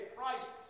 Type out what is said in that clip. Christ